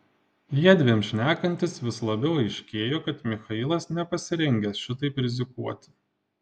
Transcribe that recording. jiedviem šnekantis vis labiau aiškėjo kad michailas nepasirengęs šitaip rizikuoti